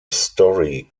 story